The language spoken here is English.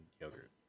yogurt